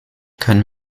können